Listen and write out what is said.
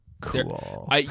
Cool